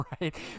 right